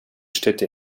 städte